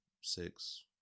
six